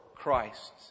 Christ